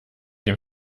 dem